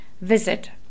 visit